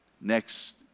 next